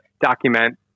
document